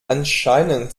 anscheinend